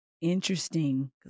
interesting